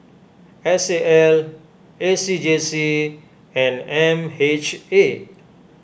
S A L A C J C and M H A